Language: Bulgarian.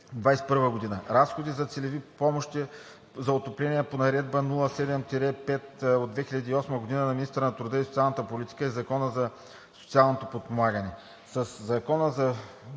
Разходи за целеви помощи за отопление по Наредба № 07-5/2008 г. на министъра на труда и социалната политика и Закона за социално подпомагане: